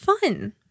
fun